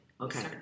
Okay